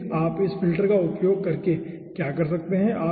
लेकिन आप इस फ़िल्टर का उपयोग करके क्या कर सकते हैं